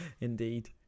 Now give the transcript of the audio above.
indeed